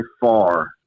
far